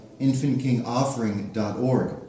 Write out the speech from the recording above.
infantkingoffering.org